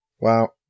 Wow